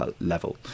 level